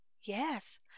Yes